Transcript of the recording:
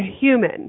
human